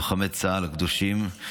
לוחמי צה"ל הקדושים,